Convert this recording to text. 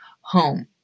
home